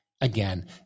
again